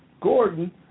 Gordon